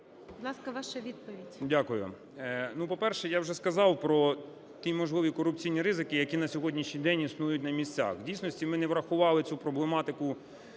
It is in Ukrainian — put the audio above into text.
Дякую. Ну, по-перше, я вже сказав про ті можливі корупційні ризики, які на сьогоднішній день існують на місцях. В дійсності ми не врахували цю проблематику